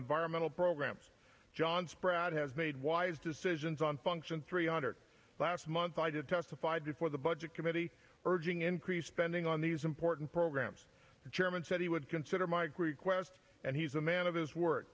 environmental programs john spratt has made wise decisions on function three hundred last month i did testified before the budget committee urging increase spending on these important programs the chairman said he would consider my request and he's a man of his wor